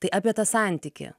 tai apie tą santykį